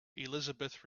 elizabeth